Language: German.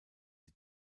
sie